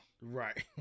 right